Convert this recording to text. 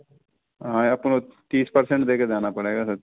हाँ तीस परसेंट देके जाना पड़ेगा सर